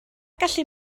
gallu